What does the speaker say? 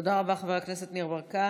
תודה רבה, חבר הכנסת ניר ברקת.